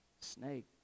snake